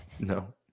no